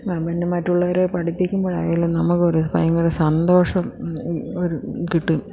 പിന്നെ മറ്റുള്ളവരെ പഠിപ്പിക്കുമ്പോഴായാലും നമുക്കൊരു ഭയങ്കര സന്തോഷം ഒരു കിട്ടും